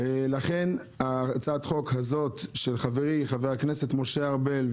לכן הצעת החוק הזאת של חברי חבר הכנסת משה ארבל,